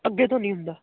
ਅੱਗੇ ਤੋਂ ਨਹੀਂ ਹੁੰਦਾ